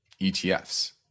ETFs